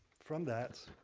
from that,